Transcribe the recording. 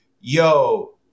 yo